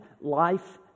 life